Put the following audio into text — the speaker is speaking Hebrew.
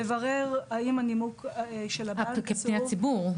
לברר האם הנימוק של הבנק --- פניית ציבור?